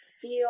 feel